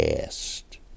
past